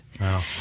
Wow